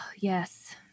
Yes